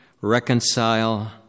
reconcile